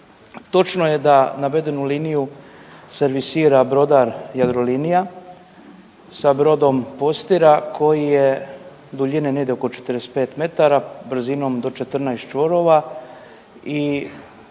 Točno je da navedenu liniju servisira brodar Jadrolinija sa brodom Postira koji je duljine negdje oko 45 metara, brzinom do 14 čvorova